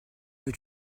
veux